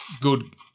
good